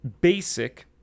basic